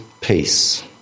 peace